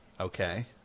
Okay